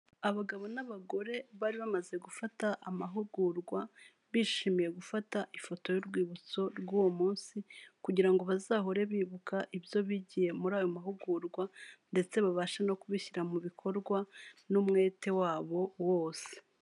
Abagabo n'abagore bari bamaze gufata amahugurwa bishimiye gufata ifoto y'urwibutso rw'uwo munsi kugira ngo bazahore bibuka ibyo bigiye muri ayo mahugurwa ndetse babashe no kubishyira mu bikorwa n'umwete wabo wose.